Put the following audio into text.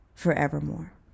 Forevermore